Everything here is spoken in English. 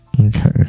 Okay